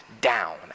down